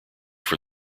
from